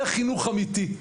זה חינוך אמיתי.